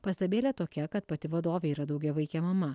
pastabėlė tokia kad pati vadovė yra daugiavaikė mama